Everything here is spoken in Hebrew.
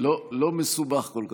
לא מסובך כל כך.